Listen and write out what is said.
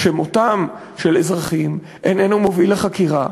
שמותם של אזרחים אינו מוביל לחקירה,